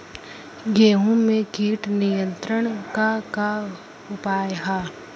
गेहूँ में कीट नियंत्रण क का का उपाय ह?